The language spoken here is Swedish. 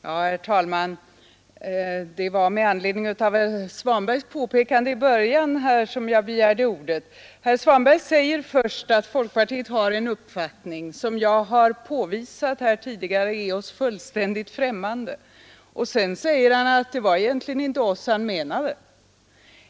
Herr talman! Jag begärde ordet med anledning av vad herr Svanberg sade i början, nämligen att folkpartiet har en viss uppfattning — jag har här tidigare påvisat att den är oss fullständigt främmande — och sedan sade herr Svanberg att det egentligen inte var oss han menade.